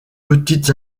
petites